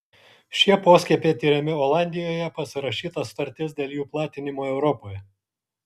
šie poskiepiai tiriami olandijoje pasirašyta sutartis dėl jų platinimo europoje